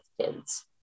kids